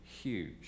huge